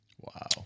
Wow